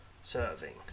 serving